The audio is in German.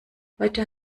heute